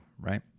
Right